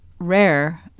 rare